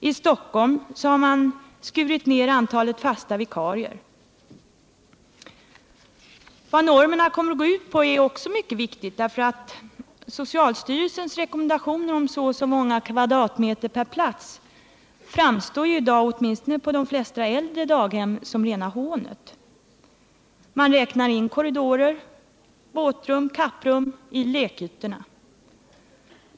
I Stockholm har man skurit ner antalet fasta vikarier. Frågan om vad normerna kommer att gå ut på är viktig också med tanke på att socialstyrelsens rekommendationer om så eller så många kvadratmeter per plats framstår — åtminstone för de flesta äldre daghem — som rena hånet. Man räknar nämligen in korridorer, våtrum, kapprum m.m. i lekytorna.